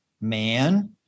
man